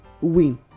win